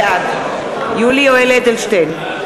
בעד יולי יואל אדלשטיין,